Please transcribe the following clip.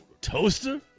Toaster